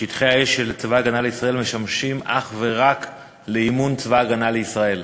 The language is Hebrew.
שטחי האש של צבא הגנה לישראל משמשים אך ורק לאימון צבא הגנה לישראל.